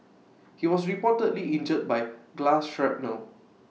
he was reportedly injured by glass shrapnel